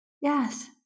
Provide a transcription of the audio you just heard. Yes